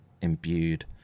imbued